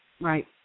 Right